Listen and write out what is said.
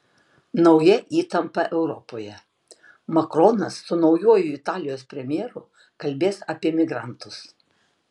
nauja įtampa europoje makronas su naujuoju italijos premjeru kalbės apie migrantus